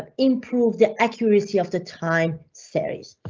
ah improve the accuracy of the time series.